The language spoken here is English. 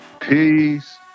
peace